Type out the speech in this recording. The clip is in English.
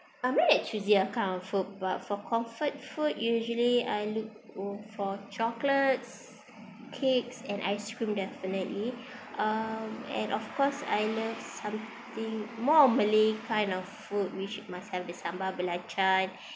I'm not that choosy when come to food but for comfort food usually I look for chocolates cakes and ice cream definitely uh um and of course I love something more of malay kind of food which must have the sambal belacan uh